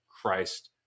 Christ